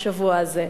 בשבוע הזה.